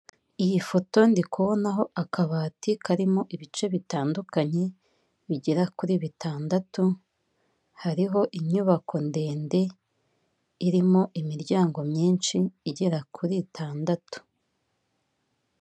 Iyi foto ndi kubonaho akabati karimo ibice bitandukanye, bigera kuri bitandatu, hariho inyubako ndende irimo imiryango myinshi, igera kuri itandatu.